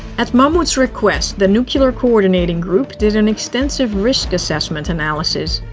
at mammoet's request, the nuclear coordinating group did an extensive risk assessment analysis.